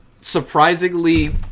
surprisingly